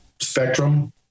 spectrum